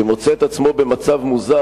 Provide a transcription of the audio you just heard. שמוצא את עצמו במצב מוזר,